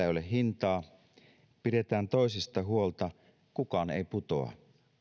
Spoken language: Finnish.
ei ole hintaa pidetään toisista huolta kukaan ei putoa